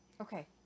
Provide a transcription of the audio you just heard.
Okay